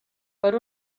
per